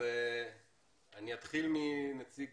נתחיל עם נציג